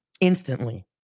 instantly